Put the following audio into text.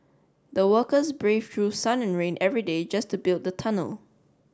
the workers braved through sun and rain every day just to build the tunnel